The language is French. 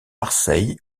marseille